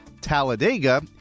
Talladega